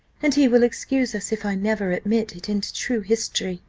and he will excuse us if i never admit it into true history,